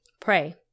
pray